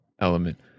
Element